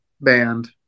band